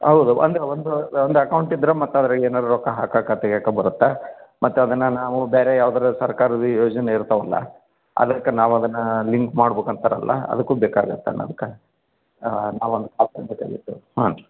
ಹೌದು ಅಂದ್ರೆ ಒಂದು ಒಂದು ಅಕೌಂಟ್ ಇದ್ದರೆ ಮತ್ತೆ ಅದ್ರಗೆ ಏನಾದ್ರು ರೊಕ್ಕ ಹಾಕಕೆ ತೆಗಿಯಕೆ ಬರುತ್ತಾ ಮತ್ತೆ ಅದನ್ನು ನಾವು ಬೇರೆ ಯಾವುದಾರು ಸರ್ಕಾರದ ಯೋಜನೆ ಇರ್ತಾವಲ್ಲ ಅದಕ್ಕೆ ನಾವು ಅದನ್ನು ಲಿಂಕ್ ಮಾಡ್ಬಕು ಅಂತಾರಲ್ಲ ಅದಕ್ಕು ಬೇಕಾಗತ್ತೆ ಅನ್ನೋದ್ಕೆ ನಾವು ಒಂದು ಅಕೌಂಟ್ ಹಾಂ